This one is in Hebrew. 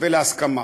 ולהסכמה.